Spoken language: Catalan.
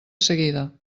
seguida